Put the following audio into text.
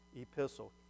epistle